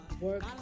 work